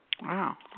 Wow